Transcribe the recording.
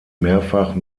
mehrfach